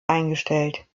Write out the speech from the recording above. eingestellt